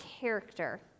character